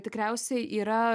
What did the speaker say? tikriausiai yra